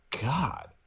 God